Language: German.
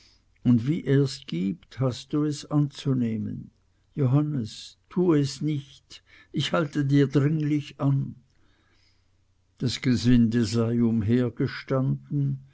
und wie ers gibt hast du es anzunehmen johannes tue es nicht ich halte dir dringlich an das gesinde sei